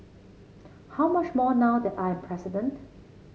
how much more now that I am president